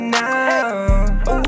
now